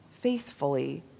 faithfully